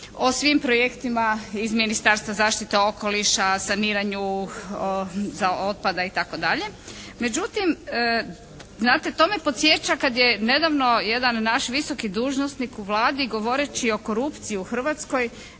o svim projektima iz Ministarstva zaštite okoliša, saniranju za otpada, itd. Međutim znate to me podsjeća kad je nedavno jedan naš visoki dužnosnik u Vladi govoreći o korupciji u Hrvatskoj